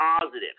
positive